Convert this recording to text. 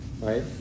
right